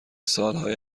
سالهای